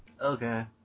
Okay